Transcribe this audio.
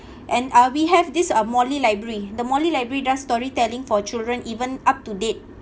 and uh we have this uh morley library the morley library does storytelling for children even up to date